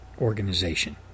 organization